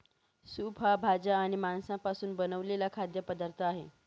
soup हा भाज्या आणि मांसापासून बनवलेला खाद्य पदार्थ आहे